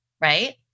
Right